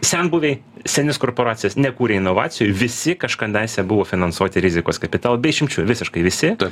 senbuviai senis korporacijos nekūrė inovacijų visi kaškandaise buvo finansuoti rizikos kapitalo be išimčių visiškai visi